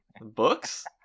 books